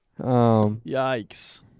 Yikes